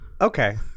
Okay